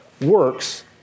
works